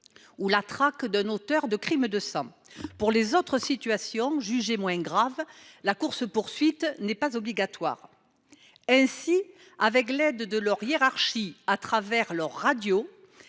la traque de l’auteur d’un crime de sang. Pour les autres situations, jugées moins graves, la course poursuite n’est pas obligatoire. Ainsi, avec l’aide de leur hiérarchie à travers la radio,